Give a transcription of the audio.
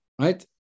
right